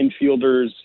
infielders